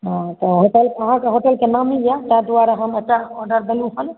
हँ तऽ अहाँके होटलके नामी अइ ताहि दुआरे हम एतऽ ऑडर देलहुँ हँ